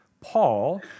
Paul